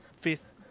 fifth